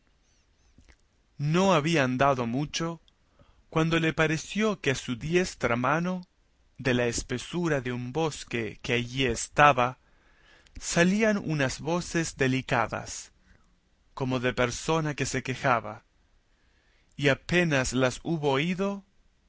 no había andado mucho cuando le pareció que a su diestra mano de la espesura de un bosque que allí estaba salían unas voces delicadas como de persona que se quejaba y apenas las hubo oído